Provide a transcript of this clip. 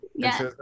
Yes